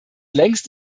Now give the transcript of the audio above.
längst